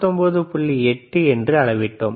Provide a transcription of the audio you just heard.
8 என்று அளவிட்டோம்